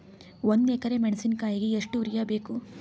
ಒಂದ್ ಎಕರಿ ಮೆಣಸಿಕಾಯಿಗಿ ಎಷ್ಟ ಯೂರಿಯಬೇಕು?